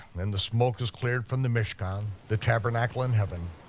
and the smoke is cleared from the mishkan, the tabernacle in heaven,